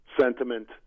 sentiment